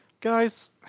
Guys